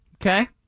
Okay